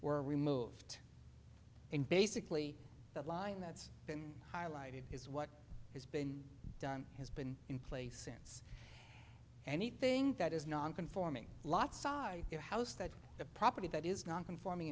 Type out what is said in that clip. were removed and basically the line that's been highlighted is what has been done has been in place since anything that is non conforming lot side your house that the property that is non conforming